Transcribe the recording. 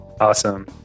awesome